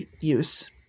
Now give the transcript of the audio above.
use